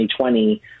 2020